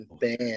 band